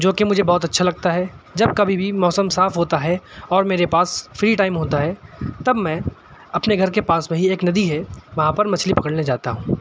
جو کہ مجھے بہت اچھا لگتا ہے جب کبھی بھی موسم صاف ہوتا ہے اور میرے پاس فری ٹائم ہوتا ہے تب میں اپنے گھر کے پاس وہی ایک ندی ہے وہاں پر مچھلی پکڑنے جاتا ہوں